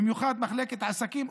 במיוחד את מחלקת עסקים.